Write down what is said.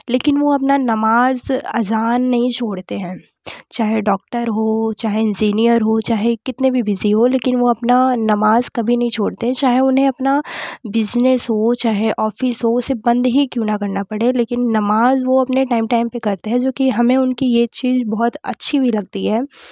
लेकिन वो अपना नमाज़ अज़ान नहीं छोड़ते हैं चाहे डॉक्टर हो चाहे इंज़ीनियर हो चाहे कितने भी बिजी हो लेकिन वो अपना नमाज़ कभी नहीं छोड़ते चाहे उन्हें अपना बिज़नेस हो चाहे ऑफिस हो उसे बंद ही क्यों न करना पड़े लेकिन नमाज़ वो अपने टाइम टाइम पे करते जोकि हमें उनकी ये चीज़ बहुत अच्छी भी लगती है